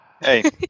Hey